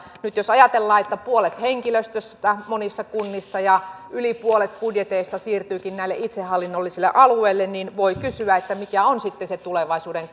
nyt jos ajatellaan että puolet henkilöstöstä monissa kunnissa ja yli puolet budjetista siirtyykin näille itsehallinnollisille alueille niin voi kysyä mikä on sitten se tulevaisuuden